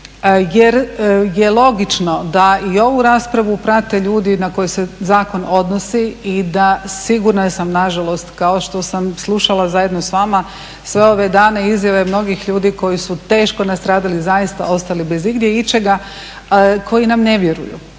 jer je logično da i ovu raspravu prate ljudi na koje se zakon odnosi i da sigurna sam nažalost, kao što sam slušala zajedno s vama sve ove dane izjave mnogih ljudi koji su teško nastradali, zaista ostali bez igdje ičega, koji nam ne vjeruju.